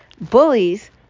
Bullies